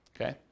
Okay